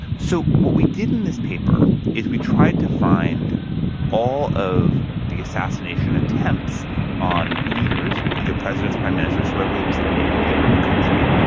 so what we did in this paper is we tried to find all of the assassination attempts on leaders, either presidents, prime ministers, whoever was the main leader in a country,